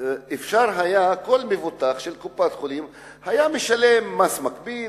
כל מבוטח של קופת-חולים היה משלם מס מקביל,